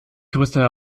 größte